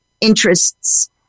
interests